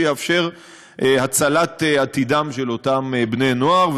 שיאפשר הצלת עתידם של אותם בני-נוער,